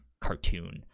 cartoon